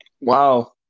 Wow